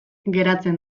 geratzen